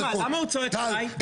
למה הוא צועק עלי?